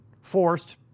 forced